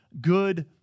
good